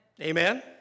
Amen